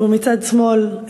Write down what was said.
ומצד שמאל,